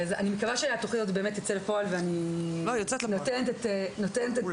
אני מקווה שהתוכנית תצא לפועל ואני נותנת את אמוני.